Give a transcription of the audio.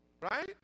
right